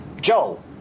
Joe